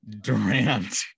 Durant